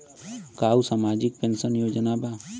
का उ सामाजिक पेंशन योजना बा?